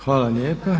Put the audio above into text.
Hvala lijepa.